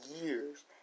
years